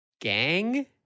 Gang